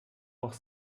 auch